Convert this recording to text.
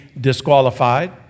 disqualified